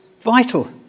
vital